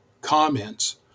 comments